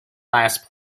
last